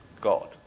God